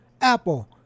Apple